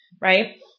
right